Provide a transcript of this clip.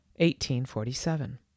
1847